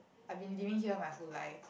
I've been living here my whole life